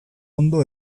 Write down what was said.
ondo